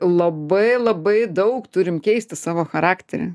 labai labai daug turim keisti savo charakterį